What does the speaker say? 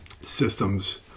systems